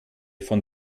von